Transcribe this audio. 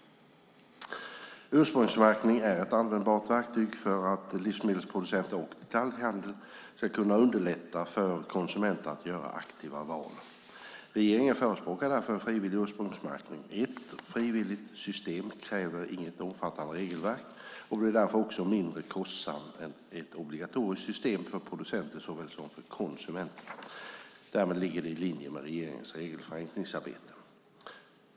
Ursprungsmärkning är ett användbart verktyg för att livsmedelsproducenter och detaljhandel ska kunna underlätta för konsumenter att göra aktiva val. Regeringen förespråkar därför en frivillig ursprungsmärkning. Ett frivilligt system kräver inget omfattande regelverk och blir därför också mindre kostsamt än ett obligatoriskt system för producenter såväl som för konsumenter. Därmed ligger det i linje med regeringens regelförenklingsarbete.